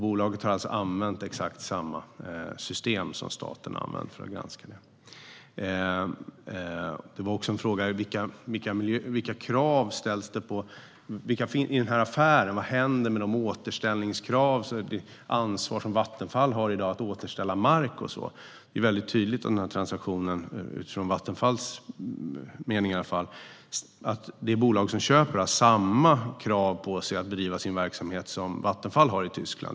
Bolaget har alltså använt exakt samma system som staten använder för att granska. Det fanns också en fråga om vilka krav som ställs i affären och vad som händer med de återställningskrav och det ansvar som Vattenfall har i dag för att återställa mark. Det är väldigt tydligt i transaktionen, i alla fall utifrån Vattenfalls mening, att det bolag som köper har samma krav på sig att driva sin verksamhet som Vattenfall har i Tyskland.